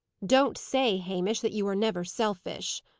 don't say, hamish, that you are never selfish.